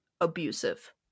abusive